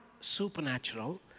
supernatural